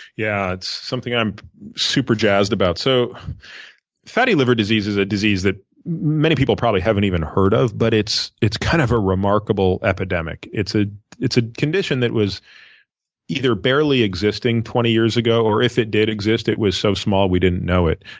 yeah, it something i'm super jazzed about. so fatty liver disease is a disease that many people probably haven't heard of, but it's it's kind of a remarkable epidemic. it's a it's a condition that was either barely existing twenty years ago, or if it did exist, it was so small we didn't know it.